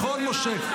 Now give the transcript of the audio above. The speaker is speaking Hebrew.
נכון, משה?